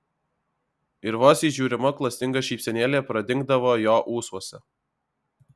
ir vos įžiūrima klastinga šypsenėlė pradingdavo jo ūsuose